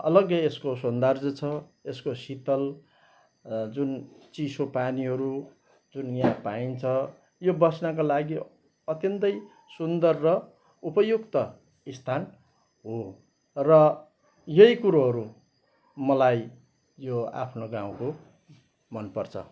अलग्गै यसको सौन्दर्य छ यसको शितल जुन चिसो पानीहरू जुन यहाँ पाइन्छ यो बस्नका लागि अत्यन्तै सुन्दर र उपयुक्त स्थान हो र यही कुरोहरू मलाई यो आफ्नो गाउँको मन पर्छ